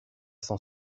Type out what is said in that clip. cent